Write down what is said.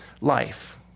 Life